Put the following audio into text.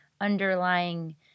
underlying